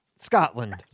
Scotland